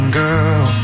girl